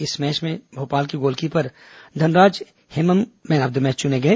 इस मैच में भोपाल के goalkeeper Dhanraj Hemam man of the match चुने गए